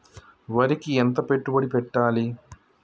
వరికి ఎంత పెట్టుబడి పెట్టాలి?